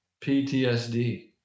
PTSD